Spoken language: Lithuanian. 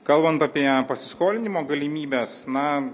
kalbant apie pasiskolinimo galimybes na